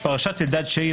פרשת אלדד שייב,